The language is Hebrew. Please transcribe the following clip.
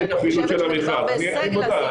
שאני חושבת שמדובר בהישג להשיג את הכסף הזה.